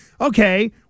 okay